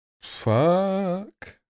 Fuck